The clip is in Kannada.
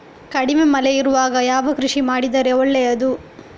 ಕಡಿಮೆ ಮಳೆ ಇರುವಾಗ ಯಾವ ಕೃಷಿ ಮಾಡಿದರೆ ಒಳ್ಳೆಯದು?